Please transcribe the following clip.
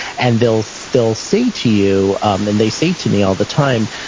and they'll still say to you, um and they say to me all the time,